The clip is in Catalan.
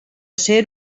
ser